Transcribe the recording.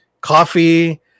coffee